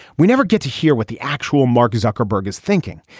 we never get to hear what the actual mark zuckerberg is thinking.